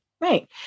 Right